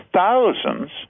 thousands